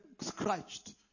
scratched